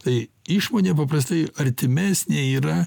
tai išmonė paprastai artimesnė yra